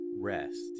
Rest